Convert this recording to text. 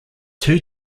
two